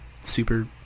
super